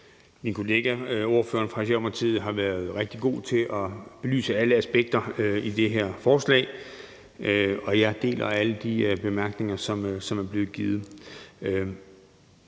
min kollega, ordføreren for Socialdemokratiet, har været rigtig god til at belyse alle aspekter af det her forslag, og jeg deler holdningerne i alle de bemærkninger, som er blevet givet.